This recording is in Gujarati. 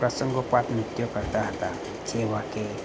પ્રસંગોપાત નૃત્ય કરતાં હતા જેવા કે